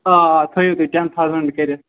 آ آ تھٲیِو تُہۍ ٹیٚن تھاوزَنٛٹ کٔرِتھ